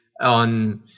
on